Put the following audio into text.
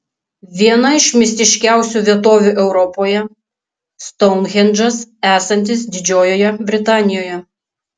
viena iš mistiškiausių vietovių europoje stounhendžas esantis didžiojoje britanijoje